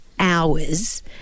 hours